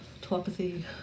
telepathy